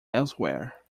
elsewhere